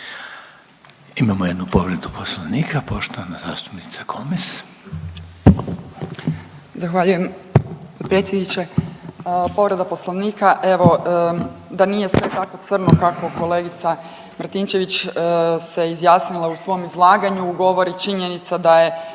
Imamo jednu povredu Poslovnika poštovana zastupnica Komes. **Komes, Magdalena (HDZ)** Zahvaljujem predsjedniče. Povreda Poslovnika. Evo da nije sve tako crno kako kolegica Martinčević se izjasnila u svom izlaganju govori činjenica da je